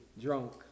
drunk